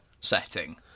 setting